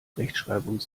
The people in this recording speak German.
rechtschreibung